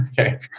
Okay